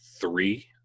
three